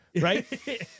Right